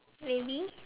really